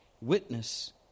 Witness